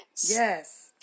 Yes